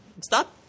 Stop